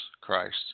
Christ